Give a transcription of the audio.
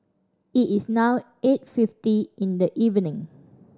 it is now eight fifty in the evening